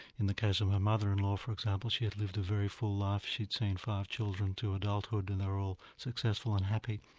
in the case of my mother-in-law for example, she had lived a very full life, she'd seen five children to adulthood and they were all successful and happy,